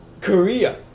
Korea